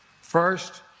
First